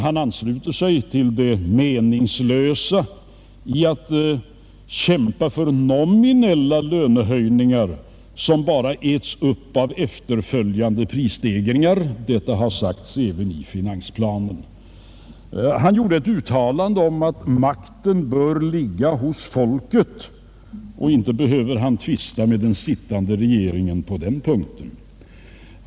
Han finner det också meningslöst att kämpa för nominella löneförhöjningar, som bara äts upp av efterföljande prisstegringar. Detta har sagts även i finansplanen. Han gjorde ett uttalande om att makten bör ligga hos folket, och inte behöver han tvista med den sittande regeringen på den punkten.